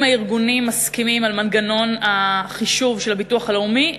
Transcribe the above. אם הארגונים מסכימים על מנגנון החישוב של הביטוח הלאומי,